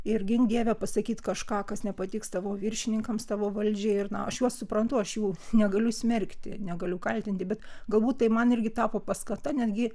ir gink dieve pasakyt kažką kas nepatiks tavo viršininkams tavo valdžiai ir na aš juos suprantu aš jų negaliu smerkti negaliu kaltinti bet galbūt tai man irgi tapo paskata netgi